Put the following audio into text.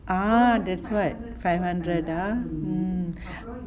ah that's what five hundred ah